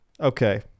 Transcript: Okay